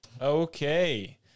Okay